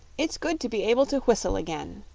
it's good to be able to whistle again,